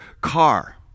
car